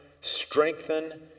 strengthen